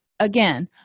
again